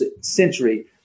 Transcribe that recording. century